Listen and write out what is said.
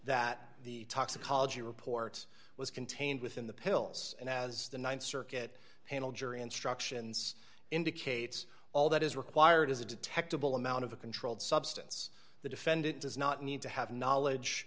that the toxicology reports was contained within the pills and as the th circuit panel jury instructions indicates all that is required is a detectable amount of a controlled substance the defendant does not need to have knowledge